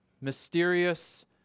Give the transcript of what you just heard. mysterious